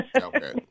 Okay